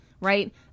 Right